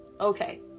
Okay